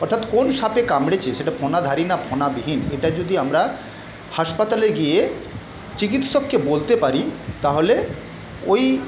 অর্থাৎ কোন সাপে কামড়েছে সেটা ফণাধারী না ফণাবিহীন এটা যদি আমরা হাসপাতালে গিয়ে চিকিৎসককে বলতে পারি তাহলে ওই